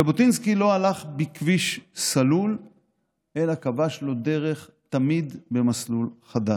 ז'בוטינסקי לא הלך בכביש סלול אלא כבש לו דרך תמיד במסלול חדש,